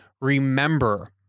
Remember